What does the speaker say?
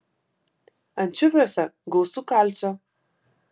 ančiuviuose gausu kalcio